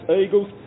eagles